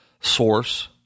source